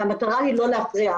והמטרה היא לא להפריע,